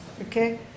Okay